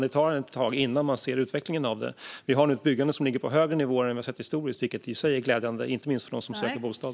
Det tar ett tag innan man ser utvecklingen av den. Vi har nu ett byggande som ligger på en högre nivå än vad vi har sett historiskt, vilket i sig är glädjande för inte minst dem som söker bostad.